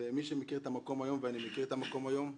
מי שמכיר את המקום היום ואני מכיר את המקום היום,